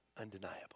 undeniable